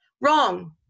Wrong